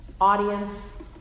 audience